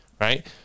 Right